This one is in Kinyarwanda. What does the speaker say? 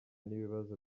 n’ibibazo